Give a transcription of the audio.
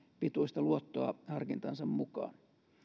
pituista luottoa harkintansa mukaan